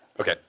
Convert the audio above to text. Okay